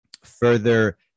further